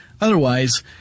otherwise